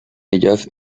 ellas